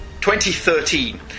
2013